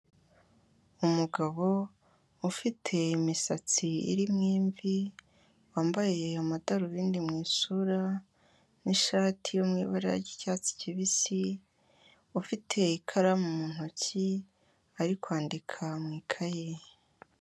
Umugabo ufite imisatsi irimo imvi, wambaye amadarubindi mu isura n'ishati yo mu ibara ry'icyatsi kibisi ufite ikaramu mu ntoki ari kwandika mu ikayi.